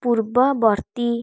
ପୂର୍ବବର୍ତ୍ତୀ